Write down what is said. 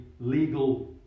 legal